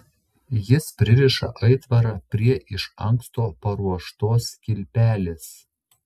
jis pririša aitvarą prie iš anksto paruoštos kilpelės